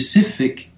specific